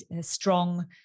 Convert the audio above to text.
strong